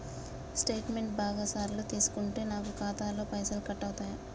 Statement బాగా సార్లు తీసుకుంటే నాకు ఖాతాలో పైసలు కట్ అవుతయా?